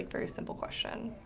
very simple question.